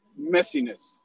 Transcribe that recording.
messiness